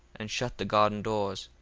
and shut the garden doors,